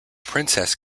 princess